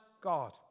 God